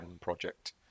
project